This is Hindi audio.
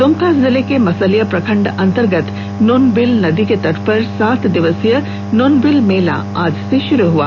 दुमका जिले के मसलिया प्रखंड अंतर्गत नुनबिल नदी के तट पर सात दिवसीय नुनबिल मेला आज से शुरू हुआ